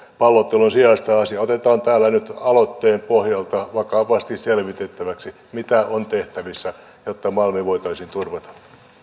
pallottelun sijasta otetaan täällä nyt aloitteen pohjalta vakavasti selvitettäväksi mitä on tehtävissä jotta malmi voitaisiin turvata